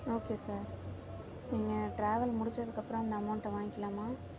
okay sir நீங்கள் travel முடித்ததுக்கு அப்புறம் அந்த அமௌன்ட்டை வாங்கிக்கலாமா